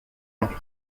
marie